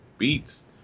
Beats